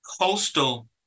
Coastal